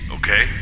Okay